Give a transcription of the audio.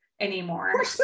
anymore